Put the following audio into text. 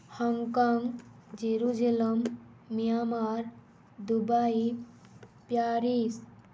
Hong Kong Jerusalem Myanmar Dubai Paris